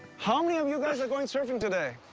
how many of you guys are going surfing today?